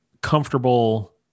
comfortable